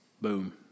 Boom